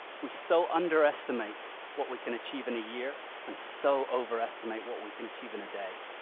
we so underestimate what we can achieve in a year and so overestimate what we can achieve in a day.